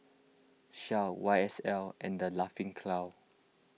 Shell Y S L and the Laughing Cow